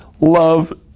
Love